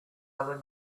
other